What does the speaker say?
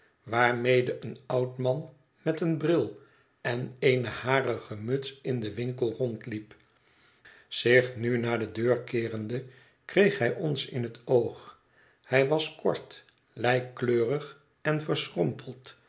waarmede een oud man met een bril en eene harige muts in den winkel rondliep zich nu naar de deur keerend e kreeg hij ons in het oog hij was kort lijkkleurig en verschrompeld